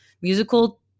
musical